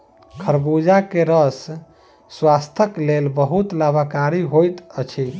खरबूजा के रस स्वास्थक लेल बहुत लाभकारी होइत अछि